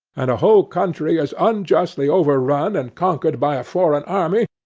and a whole country is unjustly overrun and conquered by a foreign army,